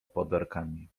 podarkami